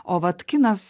o vat kinas